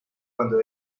cuando